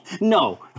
No